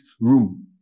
room